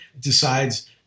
decides